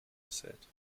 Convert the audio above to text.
gesät